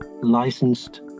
licensed